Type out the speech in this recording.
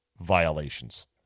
violations